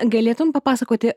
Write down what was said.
galėtum papasakoti